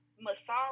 massage